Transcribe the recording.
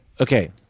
Okay